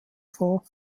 vor